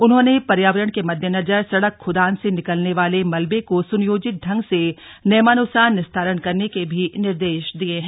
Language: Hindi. उन्होंने पर्यावरण के मद्देनजर सड़क खुदान से निकलने वाले मलबे को सुनियोजित ढंग से नियमानुसार निस्तारण करने के भी निर्देश दिये हैं